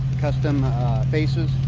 custom faces.